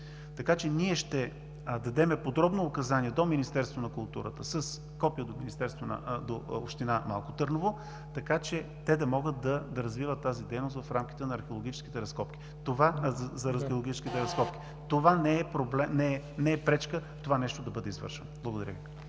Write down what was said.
Ние ще дадем подробно указание до Министерството на културата с копие до община Малко Търново, така че те да могат да развиват тази дейност в рамките на археологическите разкопки. Това не е пречка това нещо да бъде извършвано. Благодаря.